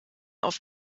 auf